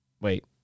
wait